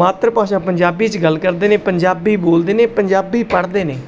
ਮਾਤਰ ਭਾਸ਼ਾ ਪੰਜਾਬੀ 'ਚ ਗੱਲ ਕਰਦੇ ਨੇ ਪੰਜਾਬੀ ਬੋਲਦੇ ਨੇ ਪੰਜਾਬੀ ਪੜ੍ਹਦੇ ਨੇ